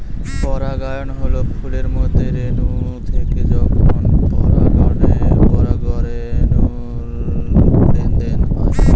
পরাগায়ন হল ফুলের মধ্যে রেনু থেকে যখন পরাগরেনুর লেনদেন হয়